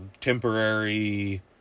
temporary